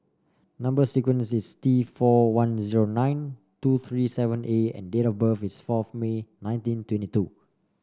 number sequence is T four one zero nine two three seven A and date of birth is fourth May nineteen twenty two